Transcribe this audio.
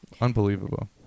Unbelievable